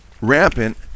rampant